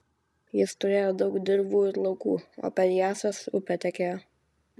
jis turėjo daug dirvų ir laukų o per jąsias upė tekėjo